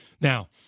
Now